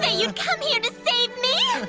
ah you'd come here to save me.